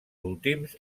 últims